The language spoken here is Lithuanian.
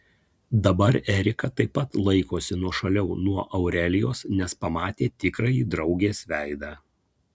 dabar erika taip pat laikosi nuošaliau nuo aurelijos nes pamatė tikrąjį draugės veidą